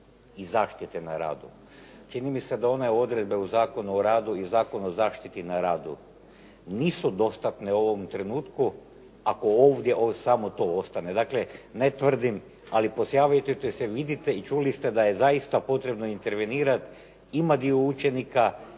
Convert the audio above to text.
i zaštite na radu. Čini mi se da one odredbe u Zakonu o radu i Zakonu o zaštiti na radu nisu dostatne u ovom trenutku ako ovdje samo to ostane. Dakle, ne tvrdim, ali posavjetujte se, vidite i čuli ste da je zaista potrebno intervenirati. Ima dio učenika